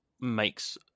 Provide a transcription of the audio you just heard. makes